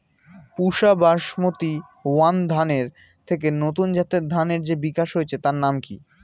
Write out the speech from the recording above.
পুসা basmati one ধানের থেকে নতুন জাতের ধানের যে বিকাশ হয়েছে তার নাম কি?